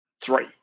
Three